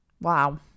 Wow